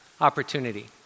opportunity